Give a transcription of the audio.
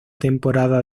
temporada